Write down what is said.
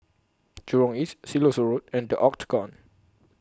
Jurong East Siloso Road and The Octagon